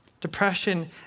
Depression